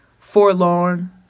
forlorn